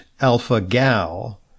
Alpha-Gal